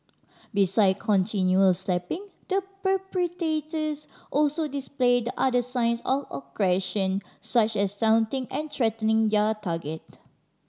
besides continual a slapping the perpetrators also displayed other signs of aggression such as taunting and threatening their target